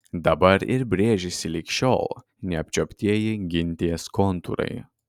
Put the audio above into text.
dabar ir brėžiasi lig šiol neapčiuoptieji gintės kontūrai